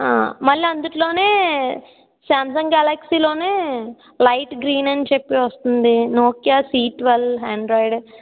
మళ్లీ అందుట్లోనే Samsung Galaxy లోనే లైట్ గ్రీన్ అని చెప్పి వస్తుంది నోకియా సి టువల్వ్ ఆండ్రాయిడ్